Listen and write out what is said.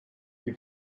die